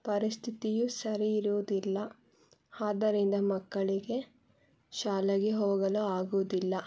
ಪರಿಸ್ಥಿತಿಯೂ ಸರಿ ಇರುವುದಿಲ್ಲ ಆದರಿಂದ ಮಕ್ಕಳಿಗೆ ಶಾಲೆಗೆ ಹೋಗಲು ಆಗುವುದಿಲ್ಲ